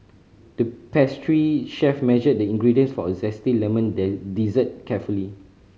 the pastry chef measured the ingredients for a zesty lemon dessert carefully